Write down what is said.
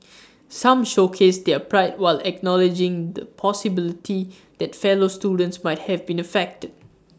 some showcased their pride while acknowledging the possibility that fellow students might have been affected